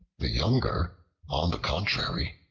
the younger, on the contrary,